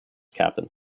captain